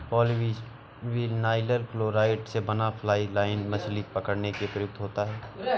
polyvinyl chloride से बना fly line मछली पकड़ने के लिए प्रयुक्त होता है